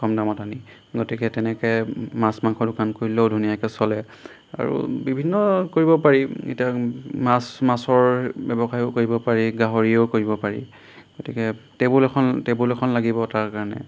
কম দামত আনি গতিকে তেনেকৈ মাছ মাংসৰ দোকান খুলিলেও ধুনীয়াকৈ চলে আৰু বিভিন্ন কৰিব পাৰি এতিয়া মাছ মাছৰ ব্যৱসায়ো কৰিব পাৰি গাহৰিও কৰিব পাৰি গতিকে টেবুল এখন টেবুল এখন লাগিব তাৰ কাৰণে